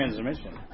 transmission